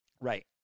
Right